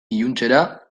iluntzera